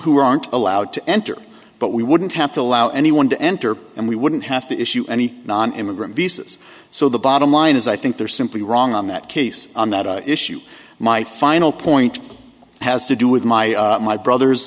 who aren't allowed to enter but we wouldn't have to allow anyone to enter and we wouldn't have to issue any non immigrant visas so the bottom line is i think they're simply wrong on that case on that issue my final point has to do with my my brother's